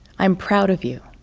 i'm proud of you.